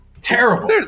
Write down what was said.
Terrible